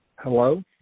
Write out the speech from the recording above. Hello